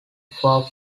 far